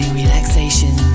relaxation